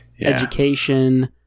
education